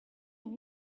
have